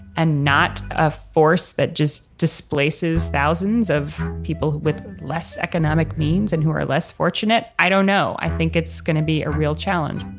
and not a force that just displaces thousands of people with less economic means and who are less fortunate? i don't know. i think it's gonna be a real challenge